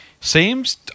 seems